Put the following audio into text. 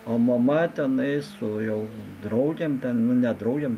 o mama tenai su jau draugėm ten nu ne draugėm